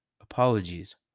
apologies